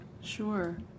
Sure